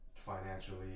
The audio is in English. financially